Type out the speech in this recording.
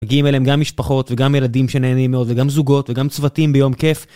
מגיעים אליהם גם משפחות וגם ילדים שנהנים מאוד וגם זוגות וגם צוותים ביום כיף